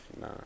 Nah